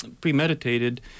premeditated